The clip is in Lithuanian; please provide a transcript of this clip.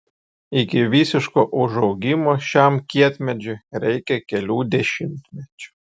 iki visiško užaugimo šiam kietmedžiui reikia kelių dešimtmečių